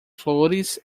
flores